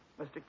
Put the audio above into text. Mr